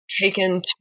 taken